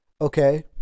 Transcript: Okay